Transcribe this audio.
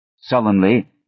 Sullenly